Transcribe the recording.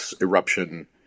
eruption